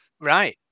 right